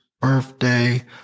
birthday